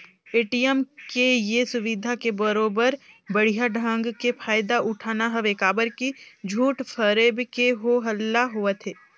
ATM के ये सुबिधा के बरोबर बड़िहा ढंग के फायदा उठाना हवे काबर की झूठ फरेब के हो हल्ला होवथे